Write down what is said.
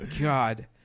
God